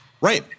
Right